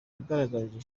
yagaragarije